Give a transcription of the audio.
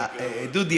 דודי,